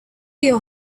your